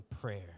prayer